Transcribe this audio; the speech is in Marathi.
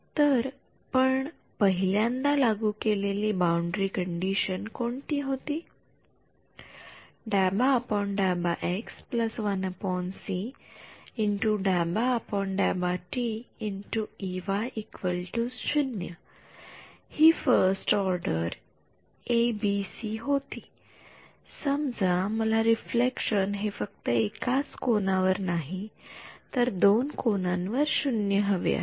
तर पण पहिल्यांदा लागू केलेली बाउंडरी कंडिशन कोणती होती हि first order A B C होती समजा मला रिफ्लेक्शन हे फक्त एकाच कोना वर नाही तर दोन कोनांवर शून्य हवे आहे